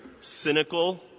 cynical